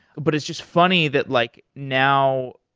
but it's just funny that, like now,